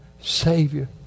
Savior